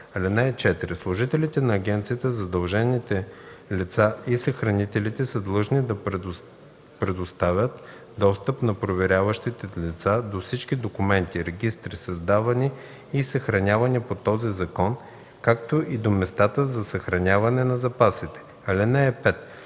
(4) Служителите на агенцията, задължените лица и съхранителите са длъжни да предоставят достъп на проверяващите лица до всички документи, регистри, създавани и съхранявани по този закон, както и до местата за съхраняване на запасите. (5)